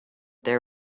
there